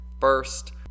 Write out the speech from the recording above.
first